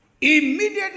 Immediately